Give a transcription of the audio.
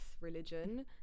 religion